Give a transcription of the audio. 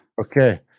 Okay